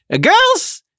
Girls